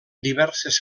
diverses